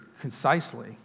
concisely